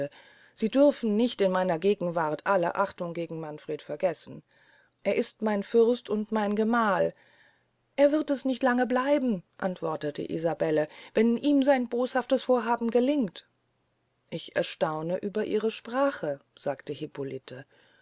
sie dürfen nicht in meiner gegenwart alle achtung gegen manfred vergessen er ist mein fürst und mein gemahl er wird es nicht lange bleiben antwortete isabelle wenn ihm sein boshaftes vorhaben gelingt ich erstaune über diese sprache sagte hippolite